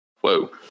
whoa